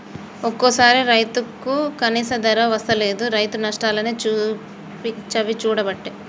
ఒక్కోసారి రైతుకు కనీస ధర వస్తలేదు, రైతు నష్టాలనే చవిచూడబట్టే